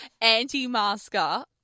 anti-masker